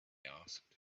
asked